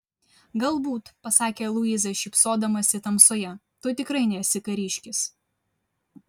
galbūt pasakė luiza šypsodamasi tamsoje tu tikrai nesi kariškis